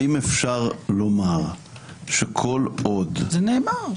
האם אפשר לומר שכל עוד -- זה נאמר.